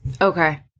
Okay